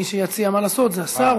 מי שיציע מה לעשות זה השר,